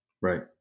Right